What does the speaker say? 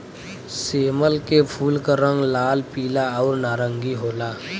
सेमल के फूल क रंग लाल, पीला आउर नारंगी होला